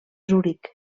zuric